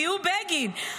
תהיו בגין.